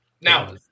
Now